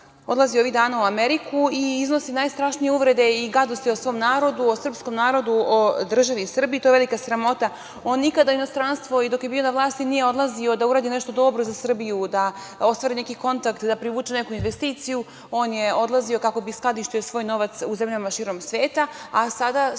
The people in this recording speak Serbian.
odlazi ovih dana u Ameriku i iznosi najstrašnije uvrede i gadosti o svom narodu, o srpskom narodu, o državi Srbiji. To je velika sramota. On nikada u inostranstvo, dok je bio na vlasti, nije odlazio da uradi nešto dobro za Srbiju, da ostvari neki kontakt, da privuče neku investiciju, već je odlazio kako bi skladištio svoj novac u zemljama širom sveta, a sada